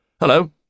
Hello